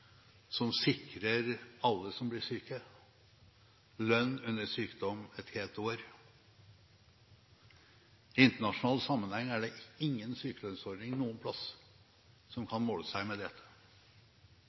som sikrer alle som blir syke, lønn under sykdom et helt år. I internasjonal sammenheng er det ingen sykelønnsordning noe sted som